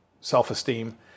self-esteem